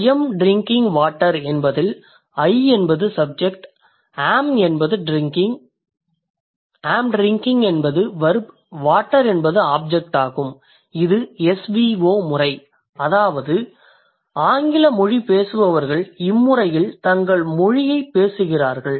'I am drinking water' என்பதில் I subject am drinking - verb water - object ஆகும் இது SVO முறை அதாவது ஆங்கில மொழிபேசுபவர்கள் இம்முறையில் தங்கள் மொழியைப் பேசுகிறார்கள்